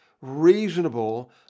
reasonable